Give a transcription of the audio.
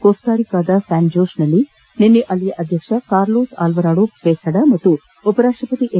ಕೋಸ್ಟಾರಿಕಾದ ಸ್ಥಾನ್ಜೋಷ್ನಲ್ಲಿ ನಿನ್ನೆ ಅಲ್ಲಿನ ಅಧ್ಯಕ್ಷ ಕಾರ್ಲೋಸ್ ಅಲ್ವಾರಡೋ ಕ್ಷೇಸಡ ಮತ್ತು ಉಪರಾಷ್ಟವತಿ ಎಂ